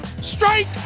Strike